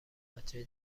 بچه